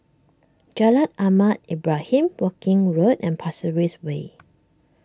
Jalan Ahmad Ibrahim Woking Road and Pasir Ris Way